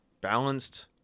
balanced